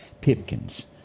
pipkins